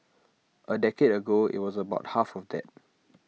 A decade ago IT was about half of that